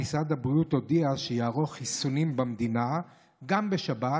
משרד הבריאות הודיע שיערוך חיסונים במדינה גם בשבת,